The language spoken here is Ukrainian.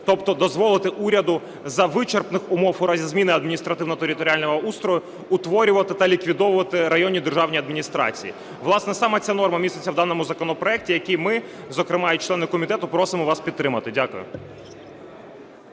тобто дозволити уряду за вичерпних умов у разі зміни адміністративно-територіального устрою утворювати та ліквідовувати районні державні адміністрації. Власне, саме ця норма міститься у даному законопроекті, який ми, зокрема і члени комітету просимо вас підтримати. Дякую.